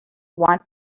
want